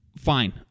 Fine